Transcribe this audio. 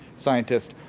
scientist,